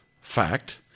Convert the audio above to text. fact